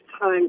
time